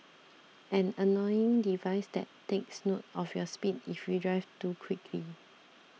an annoying device that takes note of your speed if you drive too quickly